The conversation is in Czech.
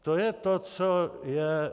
To je to, co je...